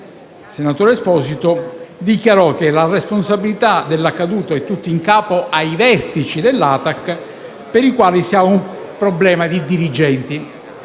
Stefano Esposito dichiarò che la responsabilità dell'accaduto era tutta in capo ai vertici dell'ATAC, per i quali si ha un problema di dirigenti.